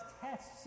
tests